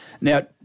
Now